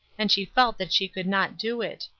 and she felt that she could not do it.